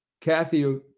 Kathy